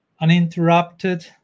uninterrupted